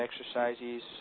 exercises